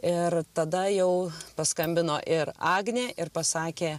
ir tada jau paskambino ir agnė ir pasakė